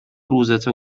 روزتو